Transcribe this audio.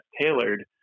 tailored